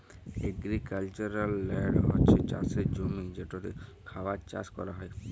agricultural land হছে চাষের জমি যেটতে খাবার চাষ ক্যরা হ্যয়